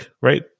right